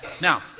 Now